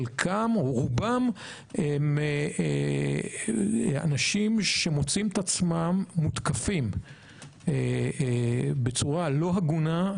חלקן או רובן הם אנשים שמוצאים את עצמם מותקפים בצורה לא הגונה,